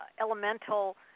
elemental